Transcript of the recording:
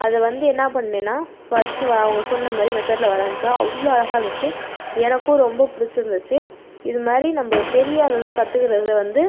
அதை வந்து என்ன பண்ணேன்னால் வச்சு அவங்க சொன்ன மாதிரி மெத்தடில் வரைஞ்சால் அவ்வளோ அழகாக இருந்துச்சு எனக்கும் ரொம்ப பிடிச்சுருந்துச்சி இது மாதிரி நம்ம தெரியாததை கற்றுக்கறது வந்து